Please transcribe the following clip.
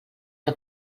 que